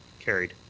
carried.